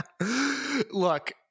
look